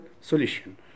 solution